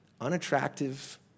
unattractive